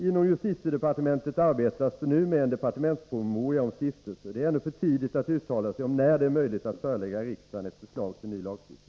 Inom justitiedepartementet arbetas det nu med en departementspromemoria om stiftelser. Det är ännu för tidigt att uttala sig om när det är möjligt att förelägga riksdagen ett förslag till ny lagstiftning.